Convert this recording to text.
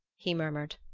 he murmured.